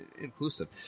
inclusive